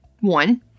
One